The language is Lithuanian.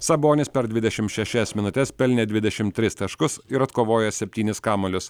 sabonis per dvidešimt šešias minutes pelnė dvidešimt tris taškus ir atkovojo septynis kamuolius